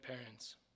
parents